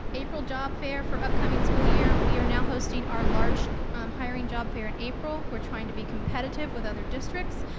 april job fair for upcoming school year, we are now hosting our large um hiring job fair in april. we're trying to be competitive with other districts,